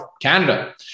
Canada